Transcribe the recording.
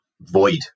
void